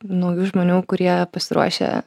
naujų žmonių kurie pasiruošę